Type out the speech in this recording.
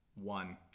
one